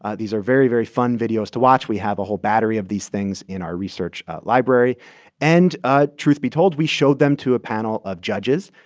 ah these are very, very fun videos to watch. we have a whole battery of these things in our research library and ah truth be told, we showed them to a panel of judges.